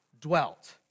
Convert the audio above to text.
dwelt